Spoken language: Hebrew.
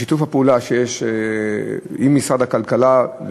בשיתוף הפעולה שיש עם משרד הכלכלה,